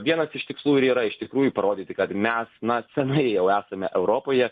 vienas iš tikslų ir yra iš tikrųjų parodyti kad mes na senai jau esame europoje